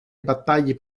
battaglie